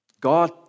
God